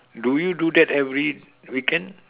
do you do that every weekend